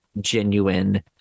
genuine